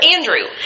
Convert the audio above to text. Andrew